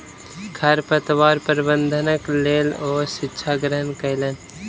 खरपतवार प्रबंधनक लेल ओ शिक्षा ग्रहण कयलैन